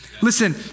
Listen